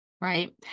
right